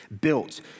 built